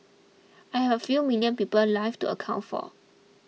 I have a few million people's lives to account for